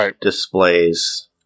displays